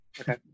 Okay